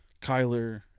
Kyler